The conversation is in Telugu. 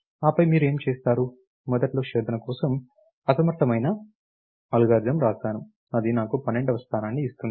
ఆపై మీరు ఏమి చేస్తారు మొదట్లో శోధన కోసం అసమర్థమైన అల్గోరిథం వ్రాసాను అది నాకు 12 వ స్థానాన్ని ఇస్తుంది